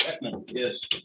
yes